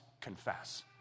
confess